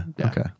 Okay